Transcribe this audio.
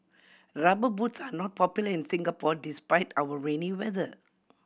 Rubber Boots are not popular in Singapore despite our rainy weather